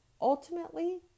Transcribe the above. ultimately